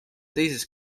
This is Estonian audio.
teises